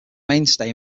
mainstay